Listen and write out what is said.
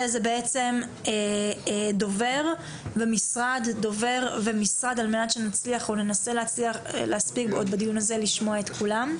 דובר ומשרד לסירוגין על מנת שננסה להספיק לשמוע את כולם.